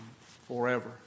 forever